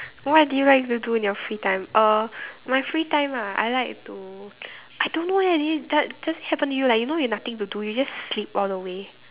what do you like to do in your free time uh my free time ah I like to I don't eh it does does it happen to you like you know you nothing to do you just sleep all the way